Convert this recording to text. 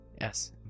Yes